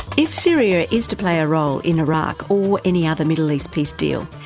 if syria is to play a role in iraq or any other middle east peace deal,